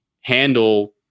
handle